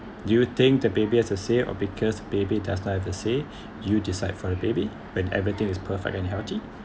do you think the baby has a say or because baby does not have a say you decide for the baby when everything is perfect and healthy